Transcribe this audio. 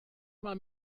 mal